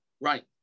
Right